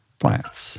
plants